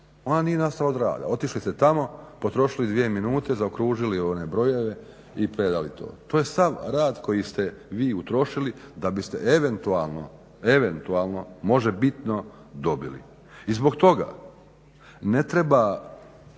ona nije nastala od rada, otišli ste tamo, potrošili dvije minute, zaokružili one brojeve i predali to. To je sav rad koji ste vi utrošili da biste eventualno, eventualno može bitno dobili i zbog toga ne treba